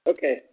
Okay